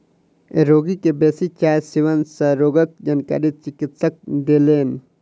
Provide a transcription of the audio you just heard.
रोगी के बेसी चाय सेवन सँ रोगक जानकारी चिकित्सक देलैन